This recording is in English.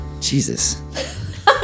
jesus